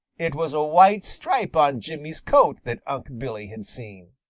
it was a white stripe on jimmy's coat that unc' billy had seen.